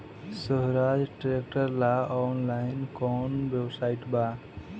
सोहराज tractor ला online कोउन website बा?